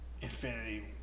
Infinity